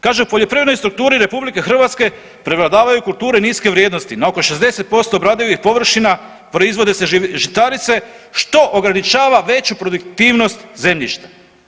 Kaže u poljoprivrednoj strukturi RH prevladavaju kulture niske vrijednosti na oko 60% obradivih površina proizvode se žitarice što ograničava veću produktivnost zemljišta.